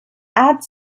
add